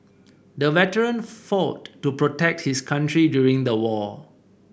the veteran fought to protect his country during the war